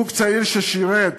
זוג צעיר ששירת,